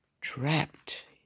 Trapped